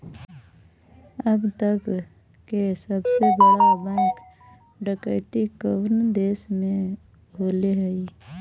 अब तक के सबसे बड़ा बैंक डकैती कउन देश में होले हइ?